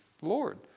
Lord